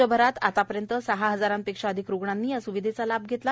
राज्यभरात आतापर्यंत सहा हजारापेक्षा अधिक रुग्णांनी या स्विधेचा लाभ घेतला आहे